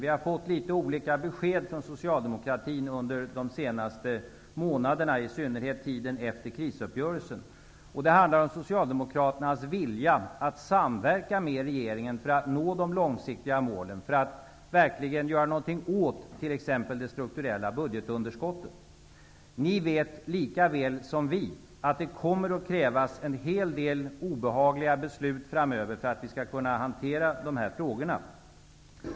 Vi har fått litet olika besked från Socialdemokraterna under de senaste månaderna, i synnerhet tiden efter krisuppgörelsen. Det handlar om Socialdemokraternas vilja att samverka med regeringen för att nå de långsiktiga målen, för att verkligen göra någonting åt t.ex. det strukturella budgetunderskottet. Socialdemokraterna vet lika väl som regeringen att det kommer att krävas en hel del obehagliga beslut framöver för att vi skall kunna hantera de här frågorna.